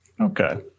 Okay